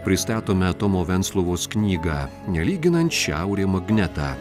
pristatome tomo venclovos knygą nelyginant šiaurė magnetą